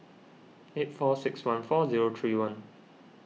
eight four six one four zero three one